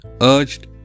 Urged